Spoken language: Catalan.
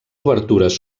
obertures